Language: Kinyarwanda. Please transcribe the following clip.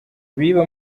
biba